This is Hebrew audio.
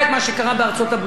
אני לא אגיד ספרד ויוון,